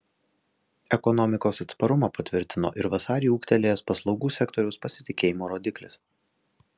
ekonomikos atsparumą patvirtino ir vasarį ūgtelėjęs paslaugų sektoriaus pasitikėjimo rodiklis